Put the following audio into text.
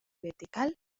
vertical